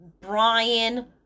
Brian